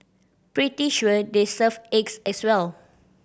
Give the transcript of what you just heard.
pretty sure they serve eggs as well